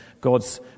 God's